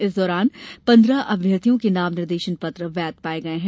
इस दौरान पन्द्रह अभ्यर्थियों के नाम निर्देशन पत्र वैध पाये गये हैं